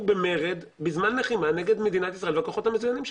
במרד בזמן לחימה נגד מדינת ישראל והכוחות המזוינים שלה?